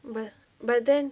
but but then